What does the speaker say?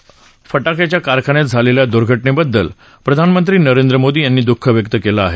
पंजाबमधल्या फटक्याच्या कारखान्यात झालेल्या दुर्घनेबद्दल प्रधानमंत्री नरेंद्र मोदी यांनी दुःख व्यक्त केलं आहे